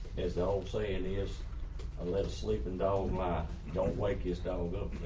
as the old saying he is a lead sleeping, no, don't wake is that will go up